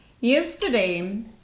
Yesterday